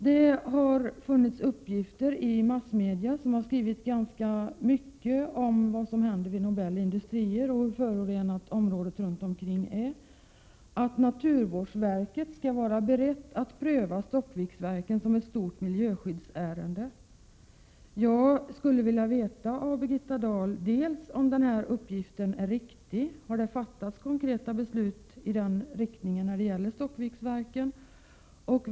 Det har i massmedia skrivits mycket om vad som händer vid Nobel Industrier och om hur förorenat området runt omkring är, och man har sagt att naturvårdsverket skall vara berett att pröva Stockviksverken som ett stort miljöskyddsärende. Jag skulle vilja veta av Birgitta Dahl om denna uppgift är riktig. Har det fattats konkreta beslut i den riktningen när det gäller Stockviksverken?